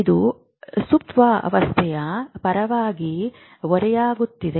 ಇದು ಸುಪ್ತಾವಸ್ಥೆಯ ಪರವಾಗಿ ಓರೆಯಾಗುತ್ತಿದೆ